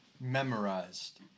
memorized